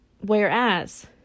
Whereas